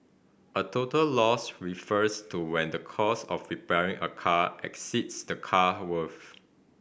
a total loss refers to when the cost of repairing a car exceeds the car worth